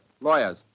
lawyers